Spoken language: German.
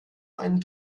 einen